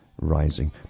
rising